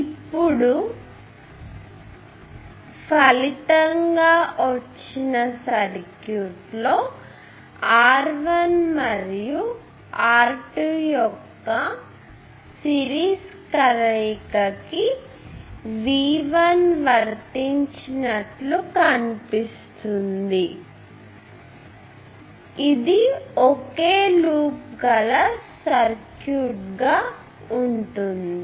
ఇప్పుడు ఫలితముగా వచ్చిన సర్క్యూట్ లో R 1 మరియు R 2 యొక్క సిరీస్ కలయికకి V1 వర్తించినట్లు కనిపిస్తుంది ఇది ఒకే లూప్ గల సర్క్యూట్ గా ఉంటుంది